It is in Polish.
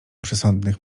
przesądnych